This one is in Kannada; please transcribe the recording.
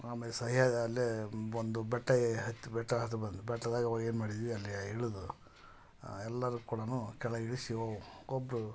ಆಮೇಲೆ ಸಹ್ಯಾಗ್ ಅಲ್ಲೆ ಒಂದು ಬೆಟ್ಟಕ್ಕೆ ಹತ್ತಿ ಬೆಟ್ಟ ಹತ್ತಿ ಬಂದು ಬೆಟ್ದಾಗೆ ಓ ಏನು ಮಾಡಿದ್ವಿ ಅಲ್ಲಿ ಇಳಿದು ಎಲ್ಲರು ಕೂಡ ಕೆಳಗೆ ಇಳಿಸಿ ಒಬ್ಬರು